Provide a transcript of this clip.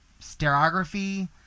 Stereography